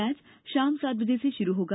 match शाम सात बजे से शुरू होगा